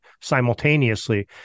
simultaneously